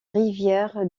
rivière